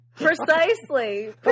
Precisely